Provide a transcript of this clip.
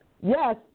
yes